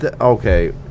Okay